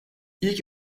i̇lk